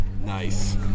Nice